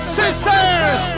sisters